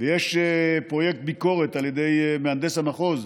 ויש פרויקט ביקורות, על ידי מהנדס המחוז,